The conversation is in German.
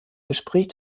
gespräch